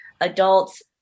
adults –